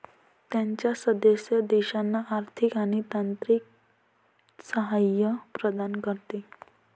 त्याच्या सदस्य देशांना आर्थिक आणि तांत्रिक सहाय्य प्रदान करते